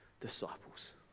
disciples